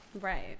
right